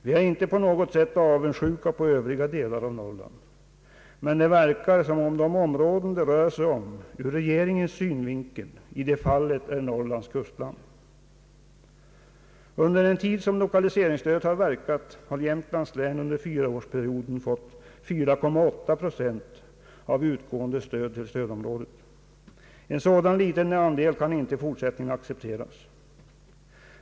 Vi är inte på något sätt avundsjuka på övriga delar av Norrland, men det verkar som om det område regeringen finner beaktansvärt är Norrlands kustland. Under den tid lokaliseringsstödet har verkat har Jämtlands län under fyraårsperioden fått 4,8 procent av utgående stöd till stödområdet. En så liten andel kan inte accepteras i fortsättningen.